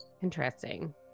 Interesting